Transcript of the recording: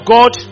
God